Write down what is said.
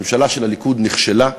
הממשלה של הליכוד נכשלה,